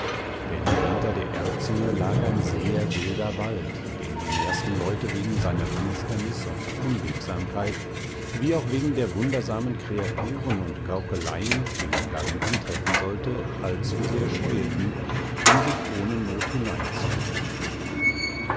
denn hinter der erdzunge lag ein sehr wilder wald den die mehrsten leute wegen seiner finsternis und unwegsamkeit wie auch wegen der wundersamen kreaturen und gaukeleien die man darin antreffen sollte allzusehr scheueten um sich ohne not hineinzubegeben